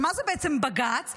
ומה זה בעצם בג"ץ?